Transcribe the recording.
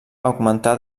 augmentà